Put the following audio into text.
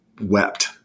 wept